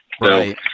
Right